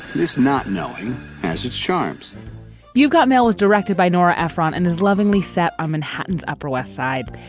this not known as its charms you got mail as directed by nora ephron and is lovingly set on manhattan's upper west side.